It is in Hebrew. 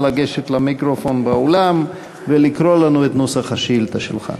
נא לגשת למיקרופון באולם ולקרוא לנו את נוסח השאילתה שלך.